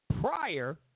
Prior